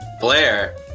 Blair